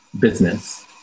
business